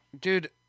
dude